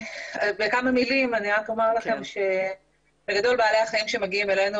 בכמה מילים אני רק אומר לכם שבגדול בעלי החיים שמגיעים אלינו,